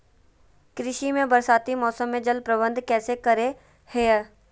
कृषि में बरसाती मौसम में जल प्रबंधन कैसे करे हैय?